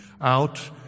out